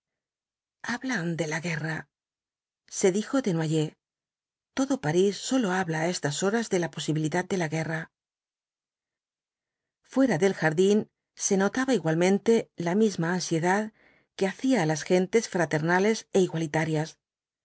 hablan de la guerra se dijo desnoyers todo parís sólo habla á estas horas de la posibilidad de la guerra fuera del jardín se notaba igualmente la misma ansiedad que hacía á las gentes fraternales é igualitarias